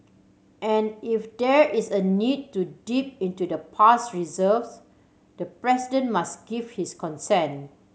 and if there is a need to dip into the past reserves the President must give his consent